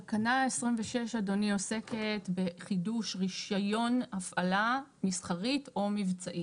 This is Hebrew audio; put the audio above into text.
תקנה 26 אדוני עוסקת בחידוש רישיון הפעלה מסחרית או מבצעית.